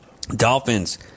Dolphins